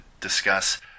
discuss